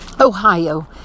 Ohio